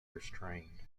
restrained